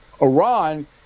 iran